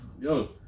yo